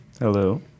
Hello